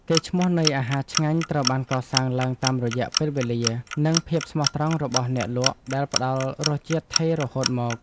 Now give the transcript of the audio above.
កេរ្តិ៍ឈ្មោះនៃអាហារឆ្ងាញ់ត្រូវបានកសាងឡើងតាមរយៈពេលវេលា និងភាពស្មោះត្រង់របស់អ្នកលក់ដែលផ្ដល់រសជាតិថេររហូតមក។